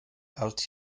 allt